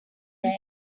day